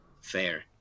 fair